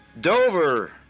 Dover